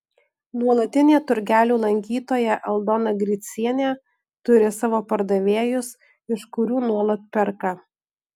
nuolatinė turgelių lankytoja aldona gricienė turi savo pardavėjus iš kurių nuolat perka